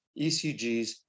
ECGs